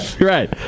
Right